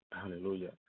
Hallelujah